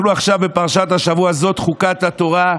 אנחנו עכשיו בפרשת השבוע זאת חוקת התורה.